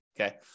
Okay